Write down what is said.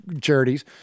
charities